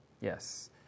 Yes